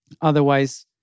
Otherwise